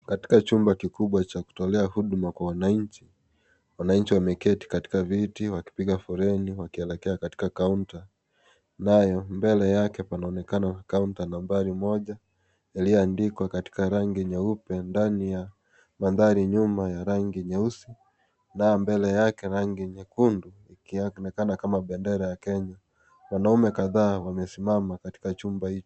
Katika jumba kikubwa cha kutolea huduma kwa wananchi , wananchi wameketi katika viti wakipiga foleni wakielekea katika kaunta ambayo nambari moja mbele yake kuna yaliyoandikwa katikati rangi nyeupe ndani ya mandhari nyuma ya rangi nyeusi na mbele yake rangi nyekundu inayoonekana kama bendera ya Kenya. Wanaume kadhaa wamesimama katika chumba hii.